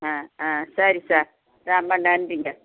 ஆ ஆ சரி சார் ரொம்ப நன்றிங்க